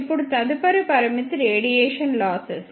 ఇప్పుడు తదుపరి పరిమితి రేడియేషన్ లాసెస్